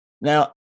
Now